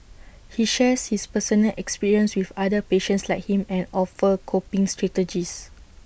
he shares his personal experiences with other patients like him and offers coping strategies